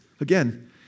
again